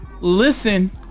listen